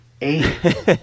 eight